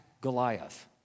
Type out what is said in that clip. Goliath